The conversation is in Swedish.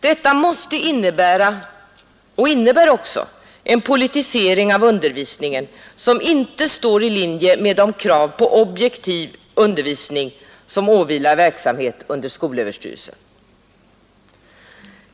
Detta måste innebära — och innebär också — en politisering av undervisningen som inte står i linje med de krav på objektiv undervisning som åvilar verksamhet under skolöverstyrelsen.